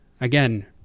Again